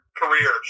career